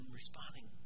responding